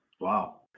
Wow